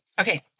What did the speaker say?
Okay